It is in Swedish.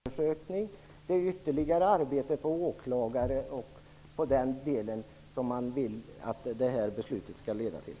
Herr talman! Nu har jag förstått att man genom detta förslag vill lägga ytterligare arbete på Tullen. Att sköta förundersökning innebär ytterligare arbete för åklagare. Det är det som man vill att detta beslut skall leda till.